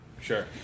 sure